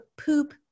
poop